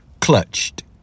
Clutched